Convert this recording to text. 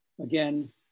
again